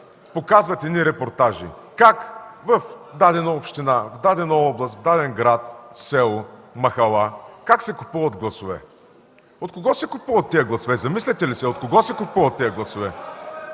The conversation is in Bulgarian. показват едни репортажи как в дадена община, в дадена област, в даден град, село, махала се купуват гласове. От кого се купуват тези гласове? Замисляте ли се? От кого се купуват тези гласове?